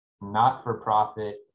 not-for-profit